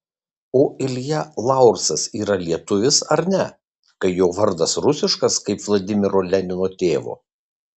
o ilja laursas yra lietuvis ar ne kai jo vardas rusiškas kaip vladimiro lenino tėvo